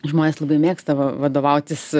žmonės labai mėgsta va vadovautis